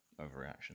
overreaction